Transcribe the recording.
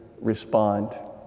respond